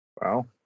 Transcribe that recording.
Wow